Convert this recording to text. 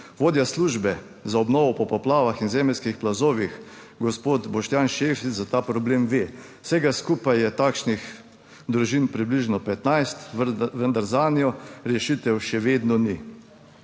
vodja Službe za obnovo po poplavah in zemeljskih plazovih gospod Boštjan Šefic za ta problem ve. Vsega skupaj je takšnih družin približno 15, vendar zanjo rešitev še vedno ni.